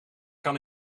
kan